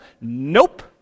Nope